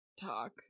talk